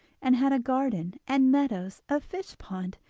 and had a garden and meadows, a fishpond,